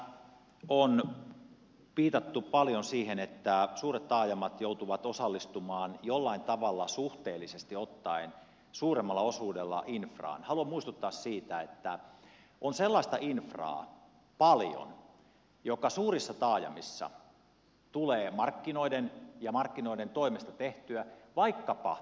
kun täällä on viitattu paljon siihen että suuret taajamat joutuvat osallistumaan jollain tavalla suhteellisesti ottaen suuremmalla osuudella infraan haluan muistuttaa siitä että on paljon sellaista infraa joka suurissa taajamissa tulee markkinoiden toimesta tehtyä vaikkapa tietojärjestelmät